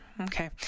Okay